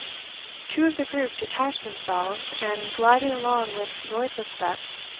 two of the group detached themselves, and, gliding along with noiseless steps,